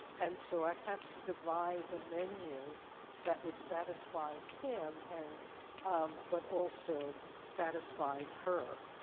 and so i had to devise a menu that would satisfy him, and um but also satisfied her.